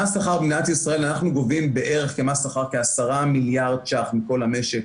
במדינת ישראל אנחנו גובים מס שכר בערך כ-10 מיליארד שקלים מכל המשק.